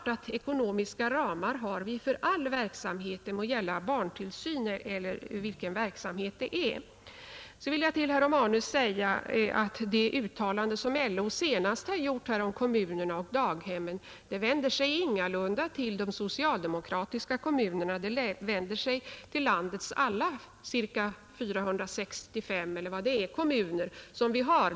Ekonomiska ramar har vi för all verksamhet, det må gälla barntillsyn eller annan verksamhet. Sedan vill jag till herr Romanus säga att det uttalande som LO senast gjort om kommunerna och daghemmen ingalunda vänder sig enbart mot de socialdemokratiskt styrda kommunerna; det vänder sig mot landets alla 465 kommuner — eller hur många det nu är.